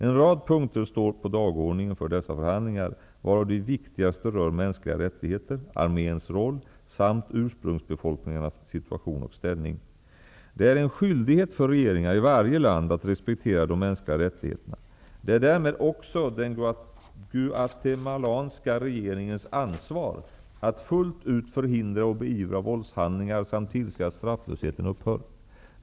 En rad punkter står på dagordningen för dessa förhandlingar, varav de viktigaste rör mänskliga rättigheter, arméns roll samt ursprungsbefolkningarnas situation och ställning. Det är en skyldighet för regeringar i varje land att respektera de mänskliga rättigheterna. Det är därmed också den guatemalanska regeringens ansvar att fullt ut förhindra och beivra våldshandlingar samt tillse att strafflösheten upphör.